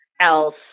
else